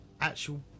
actual